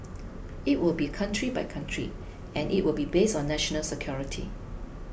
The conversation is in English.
it will be country by country and it will be based on national security